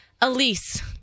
Elise